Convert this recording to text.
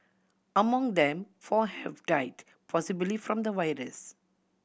among them four have died possibly from the virus